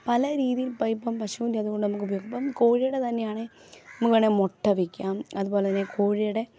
പല രീതിയിൽ ഇപ്പം പശുവിൻ്റെ അത് കൂടെ ഇപ്പം ഉപയോഗിച്ചു ഇപ്പം കോഴിയുടെ തന്നെയാണ് നമുക്ക് വേണേ മുട്ട വിൽക്കാം അതുപോലെ തന്നെ കോഴിയുടെ